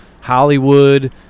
Hollywood